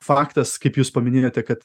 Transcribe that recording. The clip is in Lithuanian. faktas kaip jūs paminėjote kad